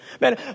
Man